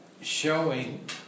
showing